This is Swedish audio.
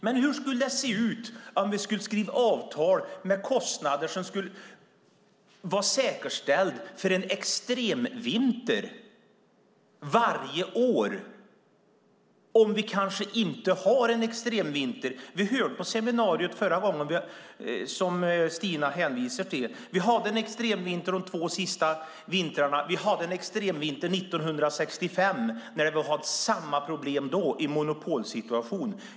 Men hur skulle det se ut om vi varje år skrev avtal med kostnader som skulle vara säkerställda för en extremvinter? Det kanske inte blir någon extremvinter. Vi hörde på seminariet som Stina Bergström hänvisade till att vi har haft extremvintrar de två senaste vintrarna, och vi hade en extremvinter 1965. Då var det samma problem fast i en monopolsituation.